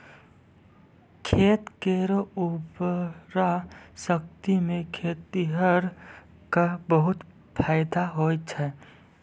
खेत केरो उर्वरा शक्ति सें खेतिहर क बहुत फैदा होय छै